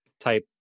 type